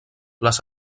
les